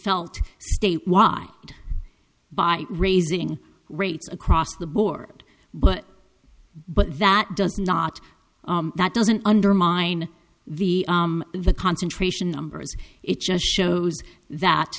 felt state why by raising rates across the board but but that does not that doesn't undermine the the concentration numbers it just shows that